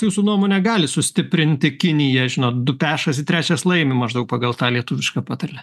jūsų nuomone gali sustiprinti kinija žinot du pešasi trečias laimi maždaug pagal tą lietuvišką patarlę